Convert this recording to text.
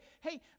hey